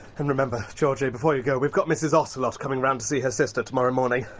and remember, georgie, before you go, we've got mrs ocelot coming round to see her sister tomorrow morning.